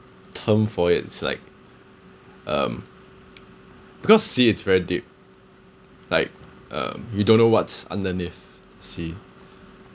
term for it it's like um because sea it's very deep like um you don't know what's underneath the sea